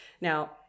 Now